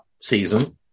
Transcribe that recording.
season